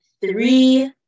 three